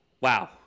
wow